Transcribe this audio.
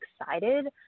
excited